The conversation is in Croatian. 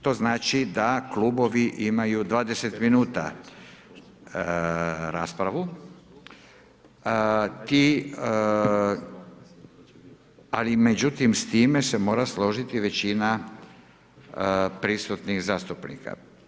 To znači da klubovi imaju 20 minuta raspravu, ali međutim s time se mora složiti većina prisutnih zastupnika.